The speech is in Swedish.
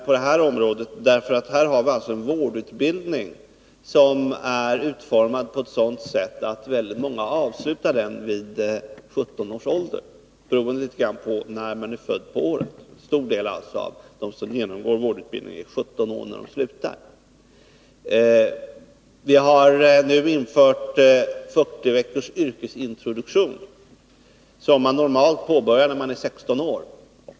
På det här området har vi alltså en vårdutbildning som är så utformad att en stor del av dem som genomgår den avslutar den vid 17 års ålder, litet grand beroende på när på året de är födda. Vi har vidare infört 40 veckors yrkesintroduktion, som man normalt påbörjar när man är 16 år.